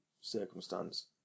circumstance